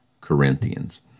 Corinthians